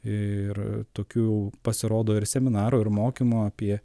ir tokių pasirodo ir seminarų ir mokymų apie